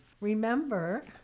remember